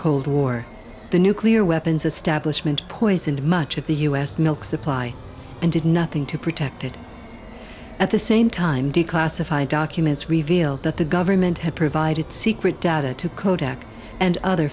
cold war the nuclear weapons establishment poisoned much of the u s milk supply and did nothing to protect it at the same time declassified documents reveal that the government had provided secret data to kodak and other